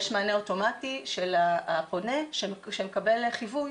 יש מענה אוטומטי לפונה שהוא מקבל חיווי